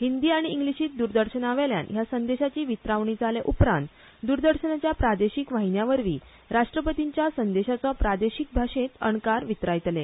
हिंदी आनी इंग्लिशींत दूरदर्शनावेल्यान ह्या संदेशाची वितरावणी जाल्या उपरांत द्रदर्शनाच्या प्रादेशीक वाहिन्यांवरवीं राष्ट्रपतींच्या संदेशाचो प्रादेशीक भाशेंत अणकार वितरायतले